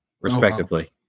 respectively